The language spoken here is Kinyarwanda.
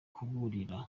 kuburira